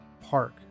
Park